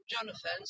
Jonathan